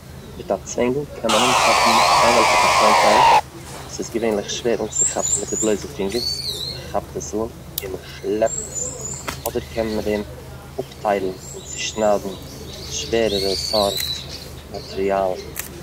מיט א צווענגל קען מען אנכאפן סיי וועלכע באשטאנדטייל וואס איז געווענליך שווער אנצוכאפן מיט די בלויזע פינגערס, מען כאפט עס אן און מען שלעפט עס, אדער קען מען מיט דעם אפטיילן און צושניידן שווערערע סארט מאטריאלן.